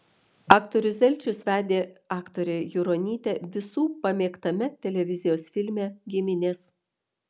aktorius zelčius vedė aktorę juronytę visų pamėgtame televizijos filme giminės